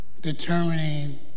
determining